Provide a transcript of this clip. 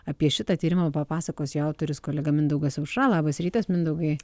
apie šitą tyrimą papasakos jo autorius kolega mindaugas aušra labas rytas mindaugai